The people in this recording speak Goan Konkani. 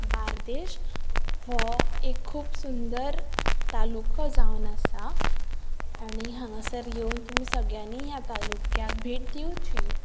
बार्देश हो खुब सुंदर तालुको जावन आसा आनी हांगासर येवन तुमी सगळ्यांनी ह्या तालुक्याक भेट दिवची